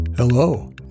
Hello